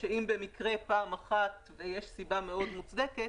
אם במקרה הוא נתפס פעם אחת ויש סיבה מאוד מוצדקת.